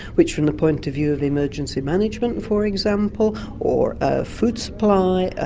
which from the point of view of the emergency management, for example, or ah food supply, ah